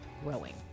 growing